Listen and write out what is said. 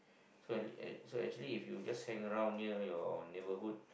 so actually so actually if you just hang around near your neighbourhood